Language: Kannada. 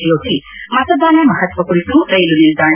ಜ್ಜೋತಿ ಮತದಾನ ಮಹತ್ವ ಕುರಿತು ಕೈಲು ನಿಲ್ದಾಣ